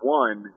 one